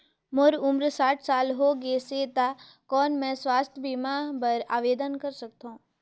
मोर उम्र साठ साल हो गे से त कौन मैं स्वास्थ बीमा बर आवेदन कर सकथव?